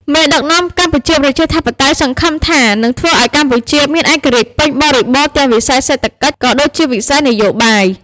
មេដឹកនាំកម្ពុជាប្រជាធិបតេយ្យសង្ឃឹមថា នឹងធ្វើឱ្យកម្ពុជាមាន ឯករាជ្យពេញបរិបូរណ៍ទាំងវិស័យសេដ្ឋកិច្ច ក៏ដូចជាវិស័យនយោបាយ។